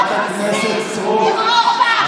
חברת הכנסת סטרוק,